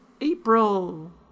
April